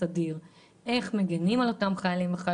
איך מגינים עליהם.